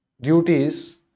Duties